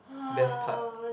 best part